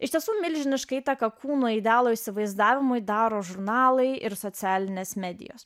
iš tiesų milžinišką įtaką kūno idealo įsivaizdavimui daro žurnalai ir socialinės medijos